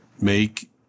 make